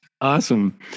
Awesome